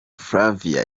flavia